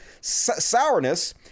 sourness